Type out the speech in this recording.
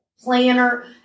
planner